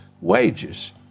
wages